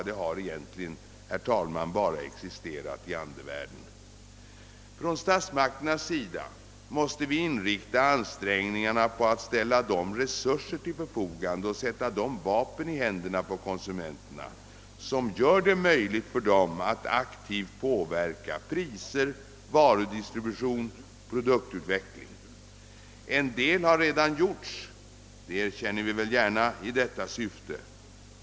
Det har egentligen, herr talman, bara existerat i andevärlden. Statsmakterna måste inrikta ansträngningarna på att ställa de resurser till förfogande och sätta de vapen i händerna på konsumenterna som gör det möjligt för dem att aktivt påverka priser, varudistribution och produktutveckling. En del har redan gjorts — det erkänner vi väl gärna — i detta syfte.